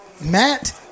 Matt